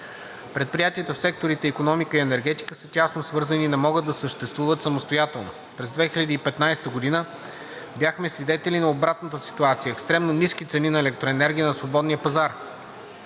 Предприятията в секторите „Икономика“ и „Енергетика“ са тясно свързани и не могат да съществуват самостоятелно. През 2015 г. бяхме свидетели на обратната ситуация – екстремно ниски цени на електроенергията на свободния пазар.